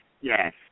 yes